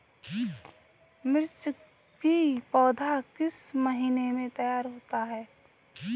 मिर्च की पौधा किस महीने में तैयार होता है?